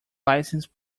license